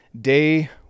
Day